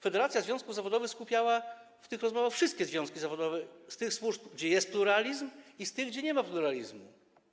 Federacja związków zawodowych skupiała w tych rozmowach wszystkie związki zawodowe: z tych służb, gdzie jest pluralizm, i z tych, gdzie nie ma pluralizmu.